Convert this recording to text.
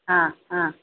ஆ ஆ